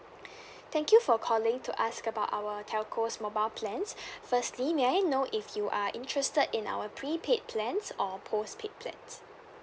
thank you for calling to ask about our telco's mobile plans firstly may I know if you are interested in our prepaid plans or postpaid plans